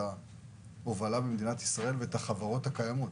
ההובלה במדינת ישראל ואת החברות הקיימות.